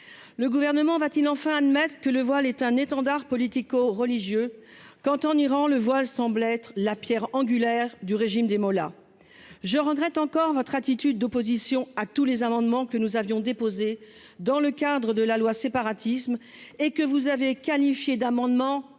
le gouvernement va-t-il enfin admettre que le voile est un étendard politico- religieux quand en Iran le voile semble être la Pierre angulaire du régime des mollahs je regrette encore votre attitude d'opposition à tous les amendements que nous avions déposé dans le cadre de la loi séparatisme et que vous avez qualifié d'amendement textile